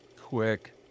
quick